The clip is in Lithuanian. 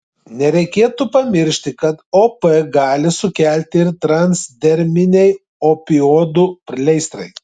nereikėtų pamiršti kad op gali sukelti ir transderminiai opioidų pleistrai